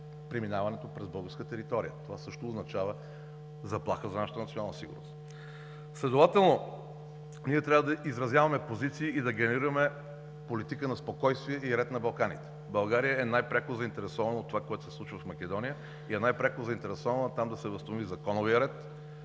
преминаването през българска територия. Това също означава заплаха за нашата национална сигурност. Следователно ние трябва да изразяваме позиция и да генерираме политика на спокойствие и ред на Балканите. България е най-пряко заинтересована от това, което се случва в Македония, и е най-пряко заинтересована там да се възстанови законовият ред,